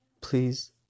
please